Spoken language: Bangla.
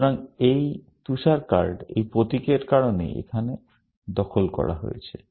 সুতরাং এই তুষার কার্ড এই প্রতীকের কারণে এখানে দখল করা হয়েছে